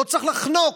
לא צריך לחנוק.